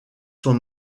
sont